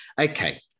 Okay